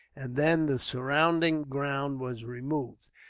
and then the surrounding ground was removed.